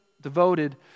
devoted